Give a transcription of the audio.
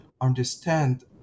understand